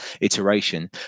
iteration